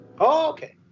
Okay